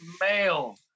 male